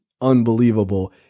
unbelievable